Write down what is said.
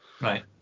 Right